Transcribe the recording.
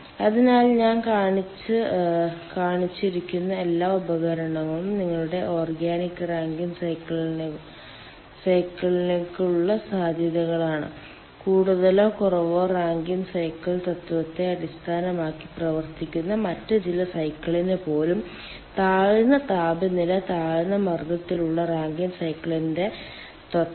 അതിനാൽ ഞാൻ കാണിച്ചിരിക്കുന്ന എല്ലാ ഉപകരണങ്ങളും നിങ്ങളുടെ ഓർഗാനിക് റാങ്കിൻ സൈക്കിളിനുള്ള സാധ്യതകളാണ് കൂടുതലോ കുറവോ റാങ്കൈൻ സൈക്കിൾ തത്വത്തെ അടിസ്ഥാനമാക്കി പ്രവർത്തിക്കുന്ന മറ്റ് ചില സൈക്കിളിന് പോലും താഴ്ന്ന താപനില താഴ്ന്ന മർദ്ദത്തിലുള്ള റാങ്കിൻ സൈക്കിളിന്റെ തത്വം